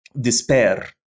despair